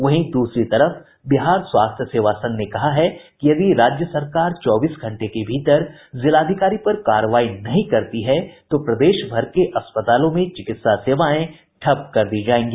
वहीं दूसरी तरफ बिहार स्वास्थ्य सेवा संघ ने कहा है कि यदि राज्य सरकार चौबीस घंटे के भीतर जिलाधिकारी पर कार्रवाई नहीं करती है तो प्रदेशभर के अस्पतालों में चिकित्सा सेवाएं ठप कर दी जायेंगी